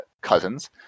cousins